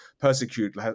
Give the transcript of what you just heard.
persecute